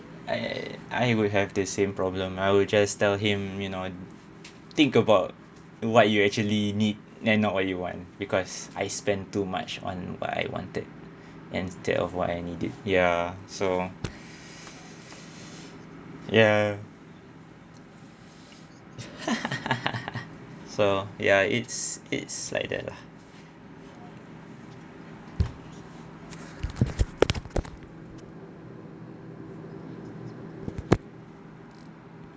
I I would have the same problem I would just tell him you know think about what you actually need and not what you want because I spend too much on what I wanted and instead of what I needed ya so ya so ya it's its like that lah